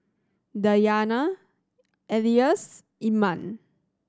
Dayana Elyas Iman